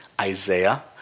Isaiah